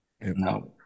No